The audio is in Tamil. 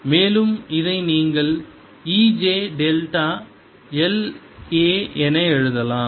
மேலும் இதை நீங்கள் E j delta l a என எழுதலாம்